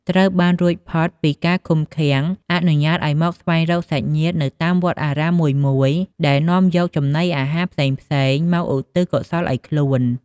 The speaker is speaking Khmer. ត្រូវបានរួចផុតពីការឃុំឃាំង អនុញ្ញាតឲ្យមកស្វែងរកសាច់ញាតិនៅតាមវត្តអារាមមួយៗ ដែលនាំយកចំណីអាហារផ្សេងៗ មកឧទ្ទិសកុសលឲ្យខ្លួន។